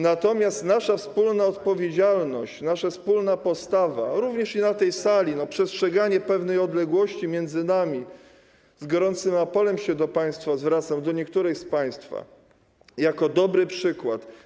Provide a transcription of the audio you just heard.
Natomiast to jest nasza wspólna odpowiedzialność, nasza wspólna postawa, również na tej sali - przestrzeganie pewnej odległości między nami, o co z gorącym apelem się do państwa zwracam, do niektórych z państwa, żeby dać dobry przykład.